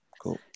cool